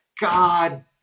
God